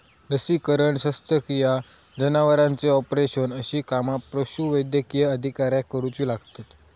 लसीकरण, शस्त्रक्रिया, जनावरांचे ऑपरेशन अशी कामा पशुवैद्यकीय अधिकाऱ्याक करुची लागतत